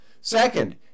Second